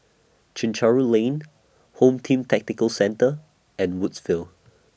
Chencharu Lane Home Team Tactical Centre and Woodsville